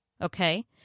Okay